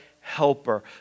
helper